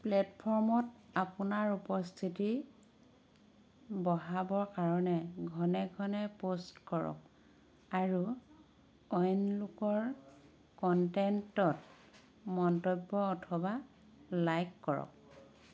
প্লেটফ'ৰ্মত আপোনাৰ উপস্থিতি বঢ়াবৰ কাৰণে ঘনে ঘনে পোষ্ট কৰক আৰু অইন লোকৰ কণ্টেণ্টত মন্তব্য অথবা লাইক কৰক